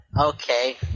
Okay